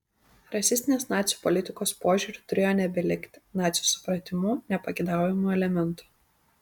rasistinės nacių politikos požiūriu turėjo nebelikti nacių supratimu nepageidaujamų elementų